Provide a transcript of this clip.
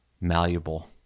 malleable